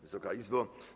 Wysoka Izbo!